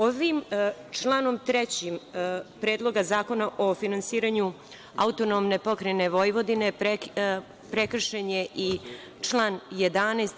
Ovim članom 3. Predloga zakona o finansiranju AP Vojvodine prekršen je i član 11.